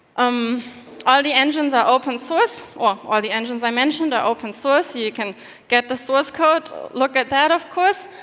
um all the engines are open source, or all the engines i mentioned are open source. you can get the source code, look at that, of course.